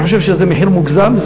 אני חושב שזה מחיר מוגזם,